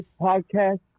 podcast